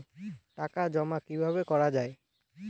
টাকা জমা কিভাবে করা য়ায়?